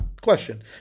Question